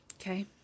Okay